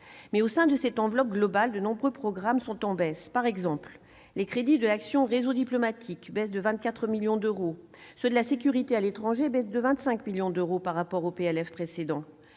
Mais, au sein de cette enveloppe globale, de nombreux programmes sont en baisse. Par exemple, les crédits de l'action Réseau diplomatique baissent de 24 millions d'euros, ceux qui sont dédiés à la sécurité à l'étranger diminuent de 25 millions d'euros par rapport au PLF précédent.